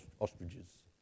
ostriches